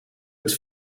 het